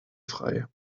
frei